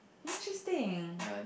interesting